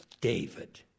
David